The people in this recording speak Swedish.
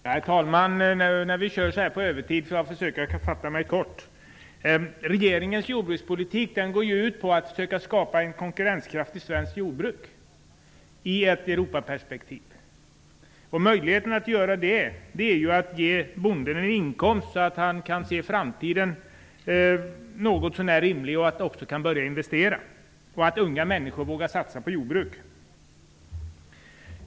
Herr talman! Jag får när vi nu debatterar på övertid försöka fatta mig kort. Regeringens jordbrukspolitik går ut på att försöka skapa ett konkurrenskraftigt svenskt jordbruk i ett Europaperspektiv. Möjligheten att göra det ligger i att ge bonden en sådan inkomst att han kan se en något så när rimlig framtid och även kan börja investera. Då kan unga människor börja satsa på jordbruk.